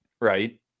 right